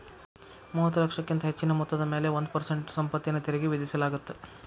ಮೂವತ್ತ ಲಕ್ಷಕ್ಕಿಂತ ಹೆಚ್ಚಿನ ಮೊತ್ತದ ಮ್ಯಾಲೆ ಒಂದ್ ಪರ್ಸೆಂಟ್ ಸಂಪತ್ತಿನ ತೆರಿಗಿ ವಿಧಿಸಲಾಗತ್ತ